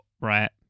right